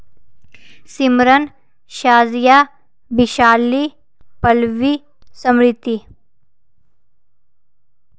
Simran Shazia Bishali Pallavi Smriti